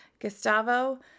Gustavo